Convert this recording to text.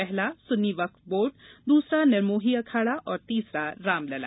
पहला सुन्नी वक्फ बोर्ड दूसरा निर्मोही अखाड़ा और तीसरा रामलला